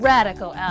Radical